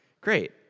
Great